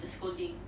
the scolding